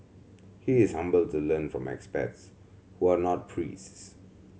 he is humble to learn from experts who are not priests